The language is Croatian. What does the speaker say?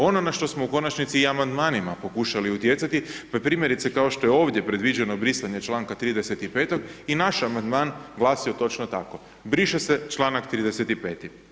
Ono na što smo u konačnici i amandmanima pokušali utjecati, pa je primjerice, kao što je ovdje previđeno brisanje čl. 35. i naš amandman glasio točno tako-Briše se čl. 35.